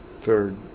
third